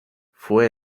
fue